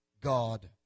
God